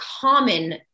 common